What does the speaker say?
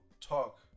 talk